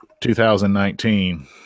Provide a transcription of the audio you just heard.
2019